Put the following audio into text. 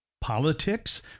politics